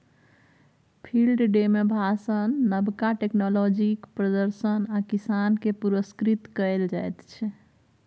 field day मे भाषण, नबका टेक्नोलॉजीक प्रदर्शन आ किसान केँ पुरस्कृत कएल जाइत छै